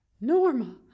Norma